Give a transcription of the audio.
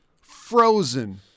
frozen